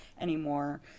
anymore